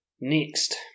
Next